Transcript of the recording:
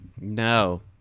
No